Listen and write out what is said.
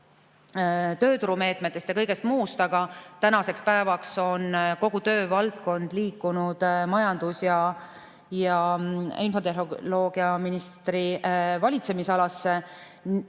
tööturumeetmetest ja kõigest muust, aga tänaseks päevaks on kogu töövaldkond liikunud majandus‑ ja infotehnoloogiaministri valitsemisalasse.